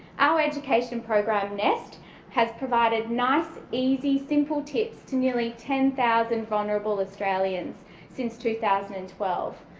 our education program nest has provided nice, easy, simple tips to nearly ten thousand vulnerable australians since two thousand and twelve.